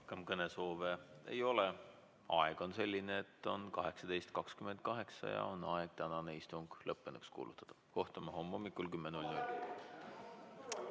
kõnesoove ei ole. Aeg on selline, et kell on 18.28 ja on aeg tänane istung lõppenuks kuulutada. Kohtume homme hommikul kell